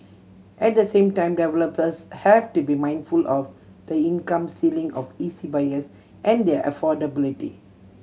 at the same time developers have to be mindful of the income ceiling of E C buyers and their affordability